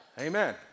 Amen